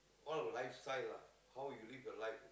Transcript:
all lifestyle lah how you live your life